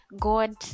God